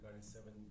seven